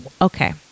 Okay